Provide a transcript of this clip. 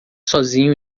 sozinho